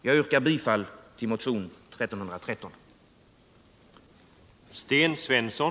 Jag yrkar bifall till motionen 1313.